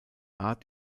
art